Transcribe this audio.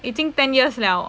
已经 ten years liao